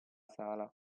sala